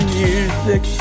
music